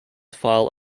file